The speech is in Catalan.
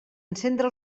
encendre